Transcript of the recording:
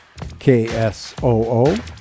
KSOO